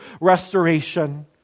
restoration